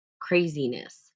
craziness